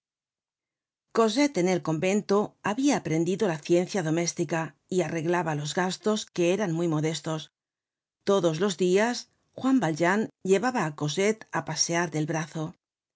cosette en el convento habia aprendido la ciencia doméstica y arreglaba los gastos que eran muy modestos todos los dias juan valjean llevaba á cosette á pasear del brazo